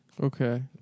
Okay